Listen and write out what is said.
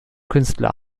künstler